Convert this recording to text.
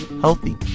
healthy